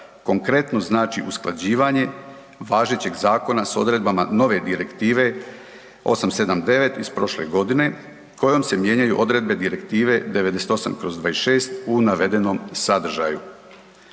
konkretno znači usklađivanje važećeg zakona s odredbama nove Direktive 879 iz prošle godine kojom se mijenjaju odredbe Direktive 98/26 u navedenom sadržaju.